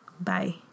Bye